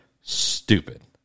stupid